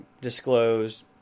disclosed